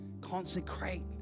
consecrate